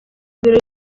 birori